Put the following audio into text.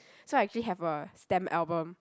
so I actually have a stamp album